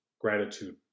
Gratitude